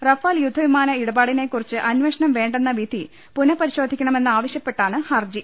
Rafale യുദ്ധവിമാന ഇടപാടിനെക്കുറിച്ച് അന്വേഷണം വേണ്ടെന്ന വിധി പുനഃപരിശോധിക്കണമെന്ന് ആവശ്യപ്പെട്ടാണ് ഹർജി